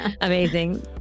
Amazing